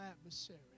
adversary